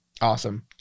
Awesome